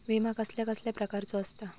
विमा कसल्या कसल्या प्रकारचो असता?